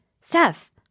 Steph